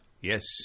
yes